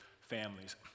families